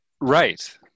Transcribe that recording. Right